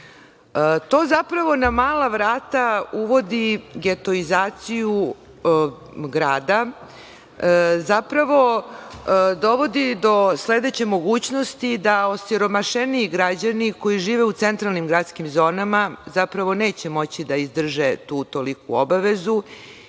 zapravo, na mala vrata, uvodi getoizaciju grada, dovodi do sledeće mogućnosti da osiromašeniji građani koji žive u centralnim gradskim zonama, neće moći da izdrže tu toliku obavezu